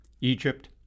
Egypt